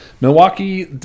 Milwaukee